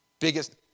biggest